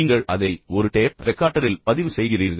நீங்கள் அதை ஒரு டேப் ரெக்கார்டரில் பதிவு செய்கிறீர்கள்